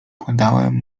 poddałem